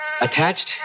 Attached